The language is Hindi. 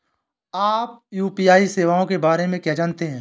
आप यू.पी.आई सेवाओं के बारे में क्या जानते हैं?